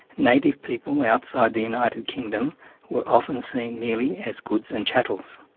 native people outside the united kingdom were often seen merely as goods and chattels.